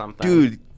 Dude